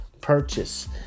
purchase